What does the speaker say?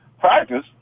practice